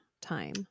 time